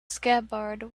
scabbard